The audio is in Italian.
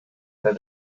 per